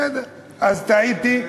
בסדר, אז טעיתי.